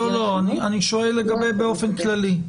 לא, אני שואל כרגע באופן כללי.